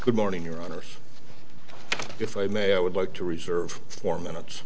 good morning your honor if i may i would like to reserve four minutes